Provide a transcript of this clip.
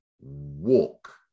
walk